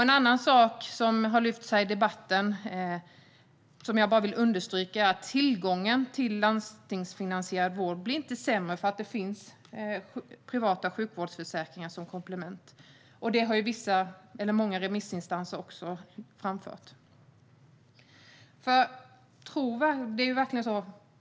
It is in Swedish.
En annan sak som har lyfts fram i den här debatten och som jag vill understryka är att tillgången till landstingsfinansierad vård inte blir sämre av att det finns privata sjukvårdsförsäkringar som komplement. Detta har även många remissinstanser framfört.